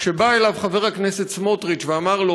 כשבא אליו חבר הכנסת סמוטריץ ואמר לו,